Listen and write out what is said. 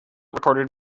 recorded